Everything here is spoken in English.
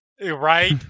Right